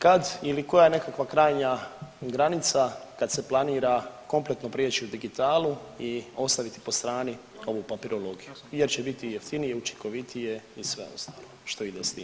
Kad ili koja je nekakva krajnja granica kad se planira kompletno prijeći u digitalu i ostaviti po strani ovu papirologiju jer će biti jeftinije, učinkovitije i sve ostalo što ide s tim?